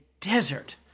desert